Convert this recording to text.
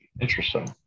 interesting